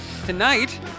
Tonight